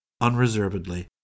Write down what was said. unreservedly